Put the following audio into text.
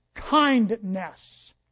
kindness